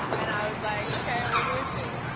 and i was, like, okay, well, who is she?